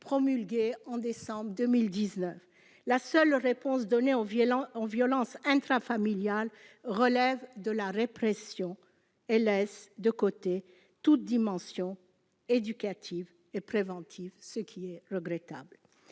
promulguée en décembre 2019 : la seule réponse donnée aux violences intrafamiliales relève de la répression et le texte laisse de côté toute dimension éducative et préventive. C'est regrettable.